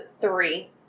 three